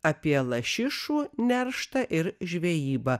apie lašišų nerštą ir žvejybą